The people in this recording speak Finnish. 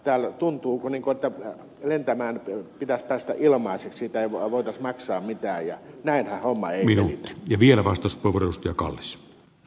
täällä tuntuu että lentämään pitäisi päästä ilmaiseksi siitä ei voitaisi maksaa mitään ja näinhän homma ei pelitä